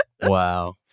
Wow